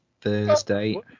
Thursday